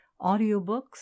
audiobooks